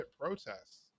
protests